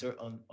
on